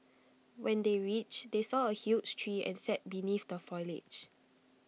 when they reached they saw A huge tree and sat beneath the foliage